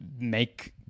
make